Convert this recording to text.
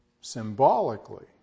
symbolically